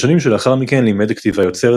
בשנים שלאחר מכן לימד כתיבה יוצרת